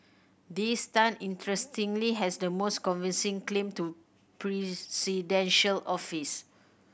this Tan interestingly has the most convincing claim to presidential office